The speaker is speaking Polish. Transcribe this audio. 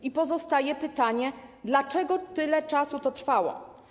I pozostaje pytanie: Dlaczego tyle czasu to trwało?